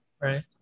right